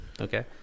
okay